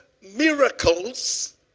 miracles